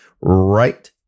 Right